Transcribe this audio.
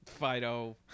fido